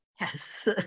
Yes